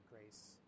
grace